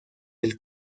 del